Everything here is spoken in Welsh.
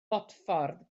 bodffordd